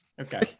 Okay